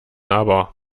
aber